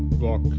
vok,